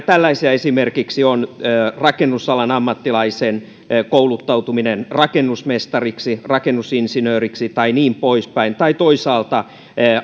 tällaisia esimerkiksi ovat rakennusalan ammattilaisen kouluttautuminen rakennusmestariksi rakennusinsinööriksi tai niin poispäin ja toisaalta